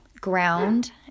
ground